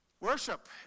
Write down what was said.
Worship